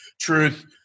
truth